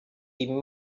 been